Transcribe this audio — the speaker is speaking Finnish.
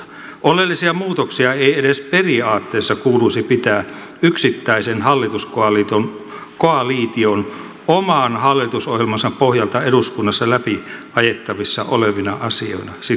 oleellisia muutoksia ei edes periaatteessa kuuluisi pitää yksittäisen hallituskoalition oman hallitusohjelmansa pohjalta eduskunnassa läpi ajettavissa olevina asioina